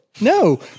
No